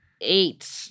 eight